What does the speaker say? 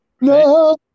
No